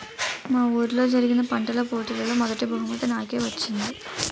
మా వూరిలో జరిగిన పంటల పోటీలలో మొదటీ బహుమతి నాకే వచ్చింది